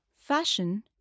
Fashion